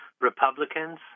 Republicans